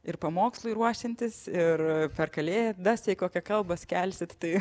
ir pamokslui ruošiantis ir per kalėdas jei kokią kalbą skelsit tai